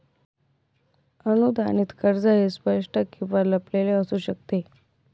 अनुदानित कर्ज हे स्पष्ट किंवा लपलेले असू शकते